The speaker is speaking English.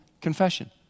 confession